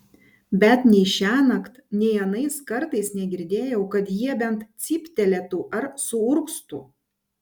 bet nei šiąnakt nei anais kartais negirdėjau kad jie bent cyptelėtų ar suurgztų